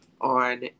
on